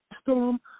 Storm